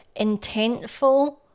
intentful